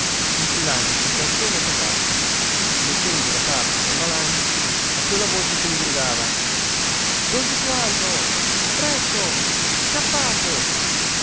infilandosi i calzoni a casaccio mettendo da parte i suoi malanni a quella voce che gli gridava don gesualdo presto scappate